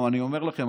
אבל אני אומר לכם,